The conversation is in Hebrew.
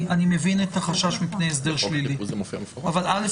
אני מבין את החשש מפני הסדר שלילי אבל ראשית